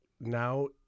Now